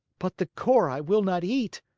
but the core i will not eat!